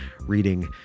reading